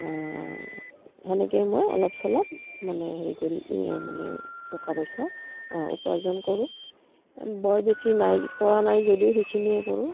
সেনেকেই মই অলপ চলপ মানে হেৰি কৰি মানে টকা পইচা উপাৰ্জন কৰোঁ বৰ বেছি নাই পৰা নাই যদিও সেইখিনিয়ে কৰোঁ